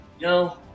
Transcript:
No